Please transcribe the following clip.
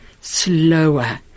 slower